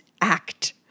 act